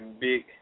big